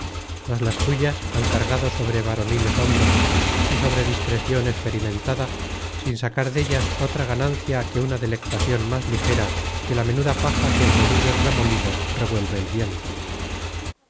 mas las tuyas han cargado sobre varoniles hombros y sobre discrecion experimentada sin sacar dellas otra ganancia que una delectacion más ligera que la menuda paja que en volubles remolinos revuelve el viento